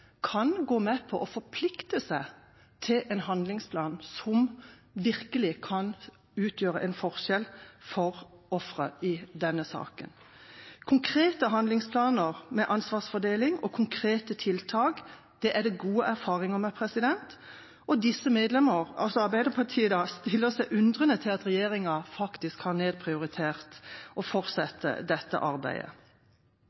kan gå med på å forplikte seg til en handlingsplan som virkelig kan utgjøre en forskjell for ofre i denne saken. Konkrete handlingsplaner med ansvarsfordeling og konkrete tiltak er det gode erfaringer med, og disse medlemmer – altså Arbeiderpartiet – stiller seg undrende til at regjeringa faktisk har nedprioritert å